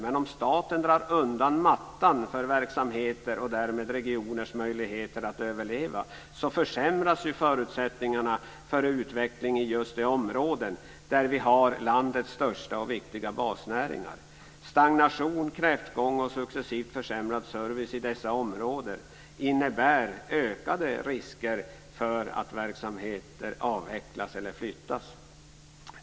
Men om staten drar undan mattan för verksamheter och därmed försämrar regioners möjligheter att överleva, försämras ju förutsättningarna för en utveckling i just de områden där vi har landets största och viktigaste basnäringar. Stagnation, kräftgång och successivt försämrad service i dessa områden innebär ökade risker för att verksamheter avvecklas eller flyttas.